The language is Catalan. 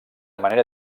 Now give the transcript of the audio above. manera